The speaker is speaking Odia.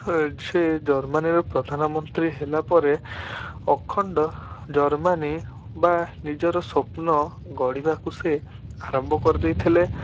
ସେ ଜର୍ମାନୀର ପ୍ରଧାନମନ୍ତ୍ରୀ ହେଲାପରେ ଅଖଣ୍ଡ ଜର୍ମାନୀ ବା ନିଜର ସ୍ୱପ୍ନ ଗଢ଼ିବାକୁ ସେ ଆରମ୍ଭ କରିଦେଇଥିଲେ